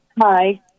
Hi